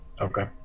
Okay